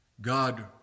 God